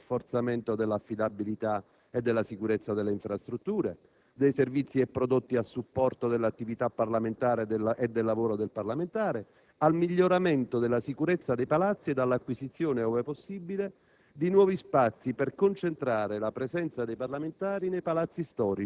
alla destinazione di risorse prioritarie finalizzate, agli interventi per il rafforzamento dell'affidabilità e della sicurezza delle infrastrutture, dei servizi e prodotti a supporto dell'attività parlamentare e del lavoro del parlamentare, al miglioramento della sicurezza dei palazzi ed all'acquisizione, ove possibile,